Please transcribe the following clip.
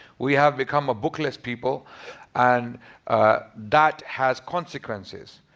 we have become a bookless people and that has consequences.